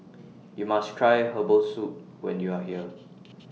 YOU must Try Herbal Soup when YOU Are here